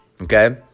okay